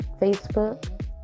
facebook